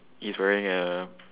he is wearing a